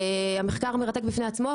המחקר מרתק בפני עצמו,